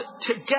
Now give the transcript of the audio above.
together